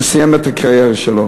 הוא סיים את הקריירה שלו.